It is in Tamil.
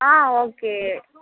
ஆ ஓகே